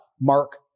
mark